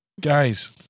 Guys